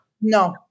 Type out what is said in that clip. No